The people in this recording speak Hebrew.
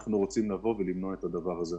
אנחנו רוצים לבוא ולמנוע את הדבר הזה.